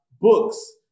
books